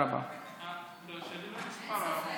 חוק לתיקון פקודת מס הכנסה (מס'